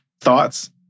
Thoughts